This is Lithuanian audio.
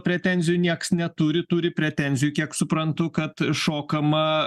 pretenzijų nieks neturi turi pretenzijų kiek suprantu kad šokama